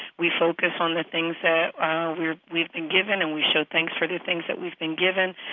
we focus on the things that we've we've been given, and we show thanks for the things that we've been given.